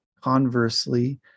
conversely